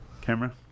Camera